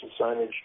signage